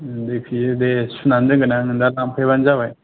दुइ कि जि दे सुनानै दोनगोन आं नों दा लांफैबानो जाबाय